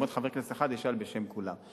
יעמוד חבר כנסת אחד וישאל בשם כולם.